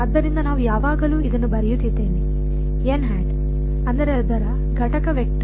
ಆದ್ದರಿಂದ ನಾನು ಯಾವಾಗಲೂ ಇದನ್ನು ಬರೆಯುತ್ತಿದ್ದೇನೆ ಅಂದರೆ ಅದರ ಘಟಕ ವೆಕ್ಟರ್